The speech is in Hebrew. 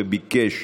וביקש